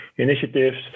initiatives